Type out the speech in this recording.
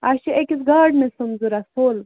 اسہِ چھِ أکِس گارڈنَس سُمب ضروٗرت فُل